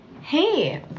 Hey